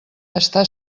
està